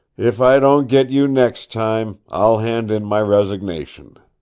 if i don't get you next time i'll hand in my resignation!